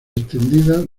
extendidas